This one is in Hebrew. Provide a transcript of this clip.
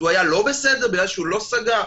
הוא היה לא בסדר בגלל שהוא לא סגר?